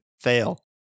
fail